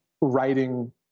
writing